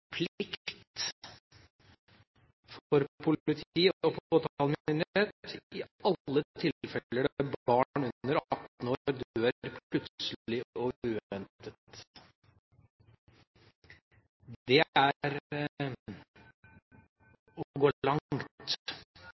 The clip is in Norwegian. i alle tilfeller der barn under 18 år dør plutselig og uventet. Det er å gå langt. Unntak skal bare gjelde der det er